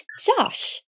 Josh